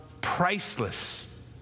priceless